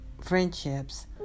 friendships